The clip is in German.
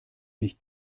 nicht